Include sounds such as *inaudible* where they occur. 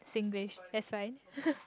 Singlish that's why *laughs*